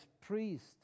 priest